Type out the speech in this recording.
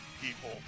people